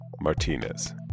Martinez